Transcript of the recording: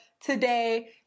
today